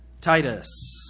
Titus